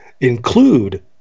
include